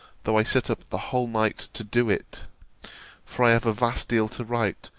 though i sit up the whole night to do it for i have a vast deal to write,